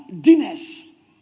dinners